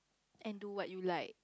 and do what you like